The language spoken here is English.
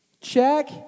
Check